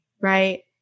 right